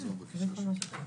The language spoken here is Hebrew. וזו הבקשה שלי.